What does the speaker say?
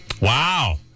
Wow